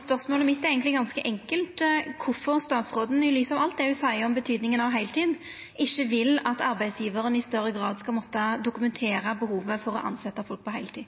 Spørsmålet mitt er eigentleg ganske enkelt: Kvifor vil ikkje statsråden – i lys av alt det ho seier om betydninga av heiltid – at arbeidsgjevarar i større grad skal måtta dokumentera behovet for å tilsetja folk på deltid?